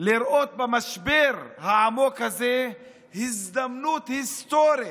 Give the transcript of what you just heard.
לראות במשבר העמוק הזה הזדמנות היסטורית,